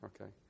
Okay